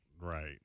right